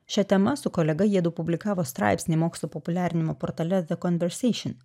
šia tema su kolega jiedu publikavo straipsnį mokslo populiarinimo portale the conversation